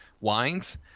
wines